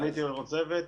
הייתי ראש הצוות,